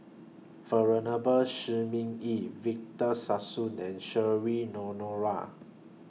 Venerable Shi Ming Yi Victor Sassoon and Cheryl Noronha